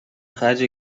خرج